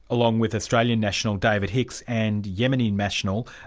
along with australian national, david hicks, and yemeni national,